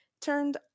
turned